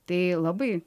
tai labai